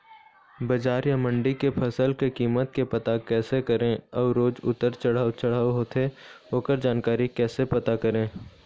बजार या मंडी के फसल के कीमत के पता कैसे करें अऊ रोज उतर चढ़व चढ़व होथे ओकर जानकारी कैसे पता करें?